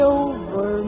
over